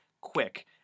quick